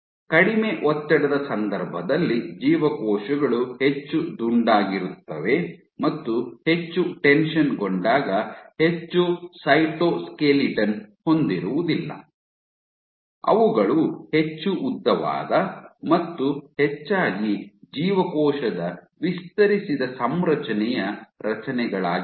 ಕಡಿಮೆ ಒತ್ತಡದ ಸಂದರ್ಭದಲ್ಲಿ ಜೀವಕೋಶಗಳು ಹೆಚ್ಚು ದುಂಡಾಗಿರುತ್ತವೆ ಮತ್ತು ಹೆಚ್ಚು ಟೆನ್ಷನ್ ಗೊಂಡಾಗ ಹೆಚ್ಚು ಸೈಟೋಸ್ಕೆಲಿಟನ್ ಹೊಂದಿರುವುದಿಲ್ಲ ಅವುಗಳು ಹೆಚ್ಚು ಉದ್ದವಾದ ಮತ್ತು ಹೆಚ್ಚಾಗಿ ಜೀವಕೋಶದ ವಿಸ್ತರಿಸಿದ ಸಂರಚನೆಯ ರಚನೆಗಳಾಗಿರುತ್ತದೆ